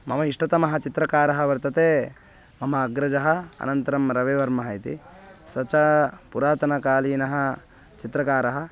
मम इष्टतमः चित्रकारः वर्तते मम अग्रजः अनन्तरं रविवर्मः इति स चा पुरातनकालीनः चित्रकारः